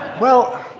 well,